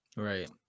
Right